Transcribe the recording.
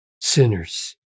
sinners